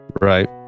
right